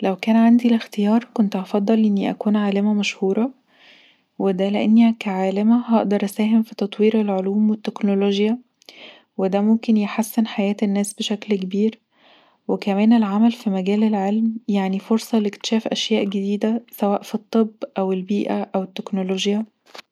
لو كان عندي الاختيار كنت هفضل اني اكون عالمه مشهوره وده لأني كعالمه هقدر اساهم في تطوير العلوم والتكنولوجيا وده ممكن يحسن حياة الناس بشكل كبير وكمان العمل في مجال العلم يعني الفرصة لإكتشاف اشياء جديده سواء في الطب او البيئه او التكنولوجيا